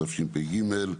התשפ"ג,